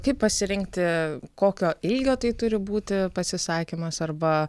kaip pasirinkti kokio ilgio tai turi būti pasisakymas arba